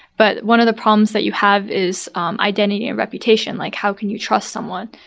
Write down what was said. but one of the problems that you have is identity and reputation, like how can you trust someone.